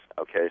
okay